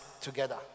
together